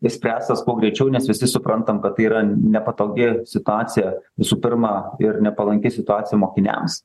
išspręstas kuo greičiau nes visi suprantam kad tai yra nepatogi situacija visų pirma ir nepalanki situacija mokiniams